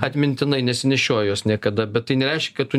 atmintinai nesinešioji jos niekada bet tai nereiškia kad tu